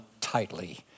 tightly